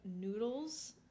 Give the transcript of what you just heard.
noodles